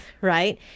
Right